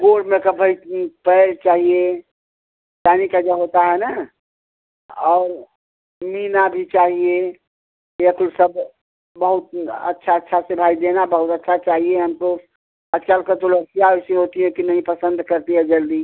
गोड़ में का पयल चाहिए चाँदी का जो होता है ना और मीना भी चाहिए या तो सब बहुत अच्छा अच्छा से भाई देना बहुत अच्छा चाहिए हमको आजकल का तो लड़कियाँ ऐसी होती हैं कि नहीं पसंद करती हैं जल्दी